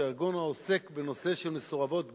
שהוא ארגון העוסק בנושא של מסורבות גט,